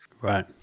Right